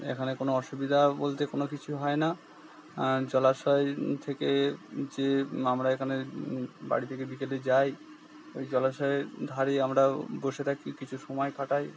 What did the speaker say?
এখানে কোনো অসুবিধা বলতে কোনো কিছু হয় না জলাশয় থেকে যে আমরা এখানে বাড়ি থেকে বিকেলে যাই ওই জলাশয়ের ধারে আমরা বসে থাকি কিছু সময় কাটাই